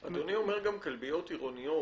אדוני אומר גם כלביות עירוניות,